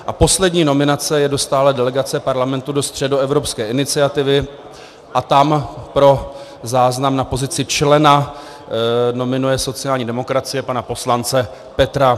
A poslední nominace je do stálé delegace Parlamentu do Středoevropské iniciativy a tam pro záznam na pozici člena nominuje sociální demokracie pana poslance Petra Dolínka.